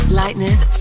lightness